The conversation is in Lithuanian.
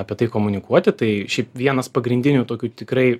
apie tai komunikuoti tai šiaip vienas pagrindinių tokių tikrai